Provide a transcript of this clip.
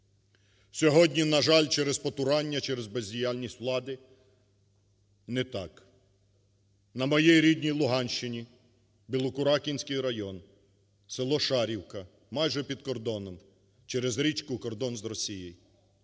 Сьогодні, на жаль, через потурання, через бездіяльність влади не так. На моїй рідній Луганщині, Білокуракинський район, село Шарівка, майже під кордоном, через річку кордон з Росією,